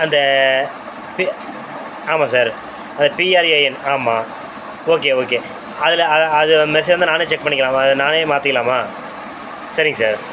அந்த பெ ஆமாம் சார் பிஆர்ஏஎன் ஆமாம் ஓகே ஓகே அதில் அ அது மெசேஜ் வந்தால் நானே செக் பண்ணிக்கலாமா நானே மாற்றிக்கலாமா சரிங்க சார்